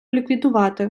ліквідувати